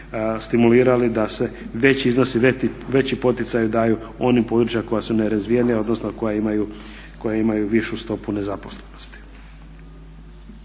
stimulirali da se veći iznosi, veći poticaji daju onim područjima koja su nerazvijenija odnosno koja imaju višu stopu nezaposlenosti.